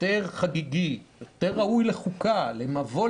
יותר חגיגי, יותר ראוי לחוקה או למעין